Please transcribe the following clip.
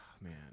Man